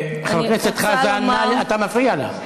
אני רוצה לומר, חבר הכנסת חזן, אתה מפריע לה.